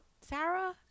Sarah